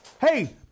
Hey